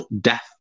Death